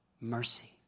Mercy